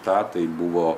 tą tai buvo